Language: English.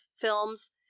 films